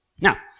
Now